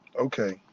Okay